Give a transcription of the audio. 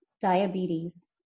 diabetes